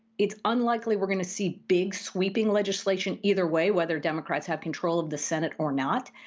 it's unlikely we're going to see big, sweeping legislation either way, whether democrats have control of the senate or not.